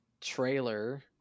trailer